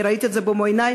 אני ראיתי את זה במו עיני,